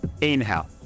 Inhale